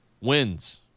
wins